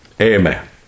Amen